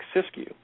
Siskiyou